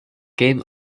game